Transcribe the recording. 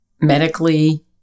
medically